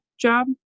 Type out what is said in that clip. job